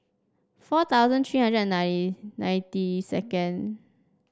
four thousand three hundred and ninety second